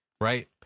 Right